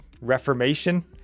Reformation